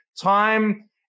time